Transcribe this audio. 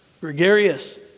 gregarious